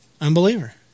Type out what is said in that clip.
unbeliever